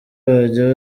bajya